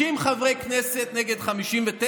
60 חברי כנסת נגד 59,